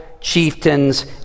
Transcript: chieftains